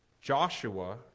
Joshua